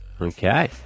Okay